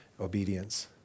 obedience